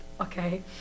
Okay